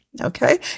Okay